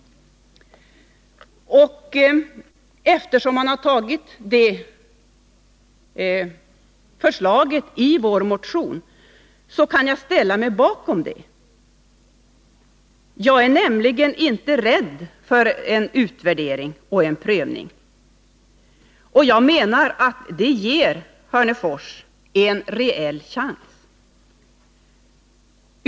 Mot bakgrund av detta har jag ställt mig bakom förslaget i vår motion. Jag är nämligen inte rädd för en utvärdering eller en prövning. Det skulle i stället ge Hörnefors en reell chans.